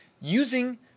using